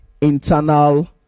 internal